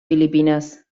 filipinas